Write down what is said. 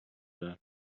there